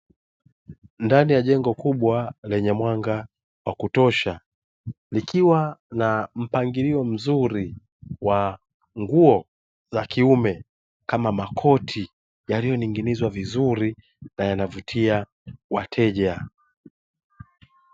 Ndani ya jengo kubwa lenye mwanga wa kutosha likiwa na mpangilio mzuri wa nguo za kiume kama makoti yaliyoning'inizwa vizuri na yanavutia wateja.